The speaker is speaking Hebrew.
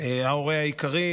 ההורה העיקרי,